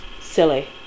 silly